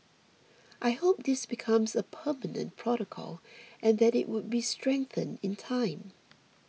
I hope this becomes a permanent protocol and that it would be strengthened in time